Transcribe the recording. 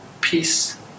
peace